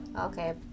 okay